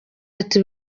ati